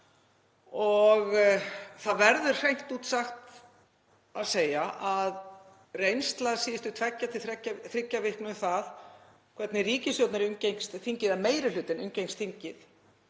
Það verður hreint út sagt að segja að reynsla síðustu tveggja til þriggja vikna af því hvernig ríkisstjórnin umgengst þingið eða meiri hlutinn umgengst þingið